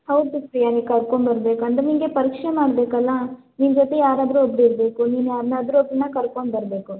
ಹೌದು ಪ್ರಿಯಾ ನೀ ಕರ್ಕೊಂಬರಬೇಕು ಅಂದರೆ ನಿನಗೆ ಪರೀಕ್ಷೆ ಮಾಡಬೇಕಲ್ಲ ನಿನ್ನ ಜೊತೆ ಯಾರಾದ್ರೂ ಒಬ್ರು ಇರಬೇಕು ನೀನು ಯಾರನ್ನಾದ್ರೂ ಒಬ್ಬರನ್ನ ಕರ್ಕೊಂಬರಬೇಕು